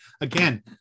again